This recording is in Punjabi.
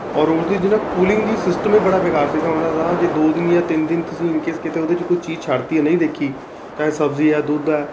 ਔਰ ਉਹਦੀ ਦੀ ਨਾ ਕੂਲਿੰਗ ਦੀ ਸਿਸਟਮ ਏ ਬੜਾ ਬੇਕਾਰ ਸੀਗਾ ਉਹਨਾਂ ਦਾ ਜੇ ਦੋ ਦਿਨ ਜਾਂ ਤਿੰਨ ਦਿਨ ਤੁਸੀਂ ਇੰਨ ਕੇਸ ਕਿਤੇ ਉਹਦੇ 'ਚ ਕੋਈ ਚੀਜ਼ ਛੱਡਤੀ ਨਹੀਂ ਦੇਖੀ ਚਾਹੇ ਸਬਜ਼ੀ ਹੈ ਦੁੱਧ ਹੈ